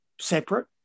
separate